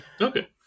okay